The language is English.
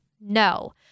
No